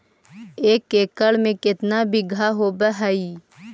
एक एकड़ में केतना बिघा होब हइ?